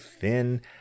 thin